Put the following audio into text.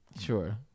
Sure